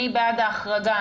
מי בעד ההחרגה?